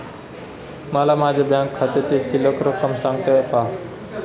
मला माझ्या बँक खात्यातील शिल्लक रक्कम सांगता का?